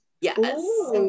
Yes